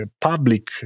public